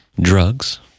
drugs